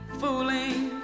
fooling